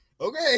Okay